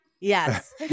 yes